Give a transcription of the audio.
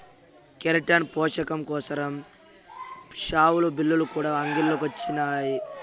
keratin పోసకం కోసరం షావులు, బిల్లులు కూడా అంగిల్లో కొచ్చినాయి